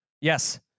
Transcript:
Yes